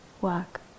work